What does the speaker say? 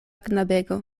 knabego